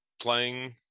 playing